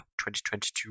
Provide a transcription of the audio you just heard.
2022